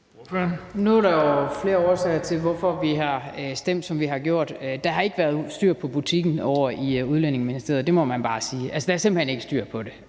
Nu er der jo flere årsager til, at vi har stemt, som vi har gjort. Der har ikke været styr på butikken ovre i Udlændinge- og Integrationsministeriet; det må man bare sige. Altså, der er simpelt hen ikke styr på det.